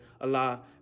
Allah